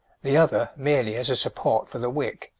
the other merely as a support for the wick.